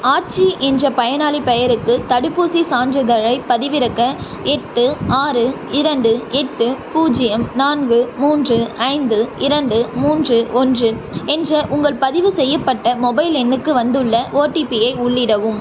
ஆச்சி என்ற பயனாளிப் பெயருக்கு தடுப்பூசிச் சான்றிதழைப் பதிவிறக்க எட்டு ஆறு இரண்டு எட்டு பூஜ்ஜியம் நான்கு மூன்று ஐந்து இரண்டு மூன்று ஒன்று என்ற உங்கள் பதிவு செய்யப்பட்ட மொபைல் எண்ணுக்கு வந்துள்ள ஓடிபியை உள்ளிடவும்